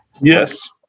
Yes